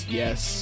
yes